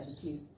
please